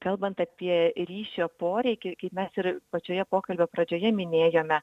kalbant apie ryšio poreikį mes ir pačioje pokalbio pradžioje minėjome